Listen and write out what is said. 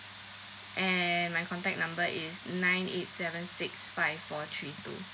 and my contact number is nine eight seven six five four three two